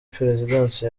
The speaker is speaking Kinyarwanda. perezidansi